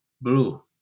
Blue